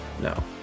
No